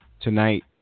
Tonight